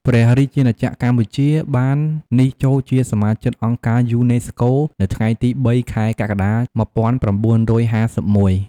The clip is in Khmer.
ព្រះរាជាណាចក្រកម្ពុជាបាននេះចូលជាសមាជិកអង្គការយូណេស្កូ នៅថ្ងៃទី៣ ខែកក្កដា ១៩៥១។